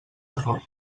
error